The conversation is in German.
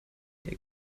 der